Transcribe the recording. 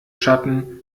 schatten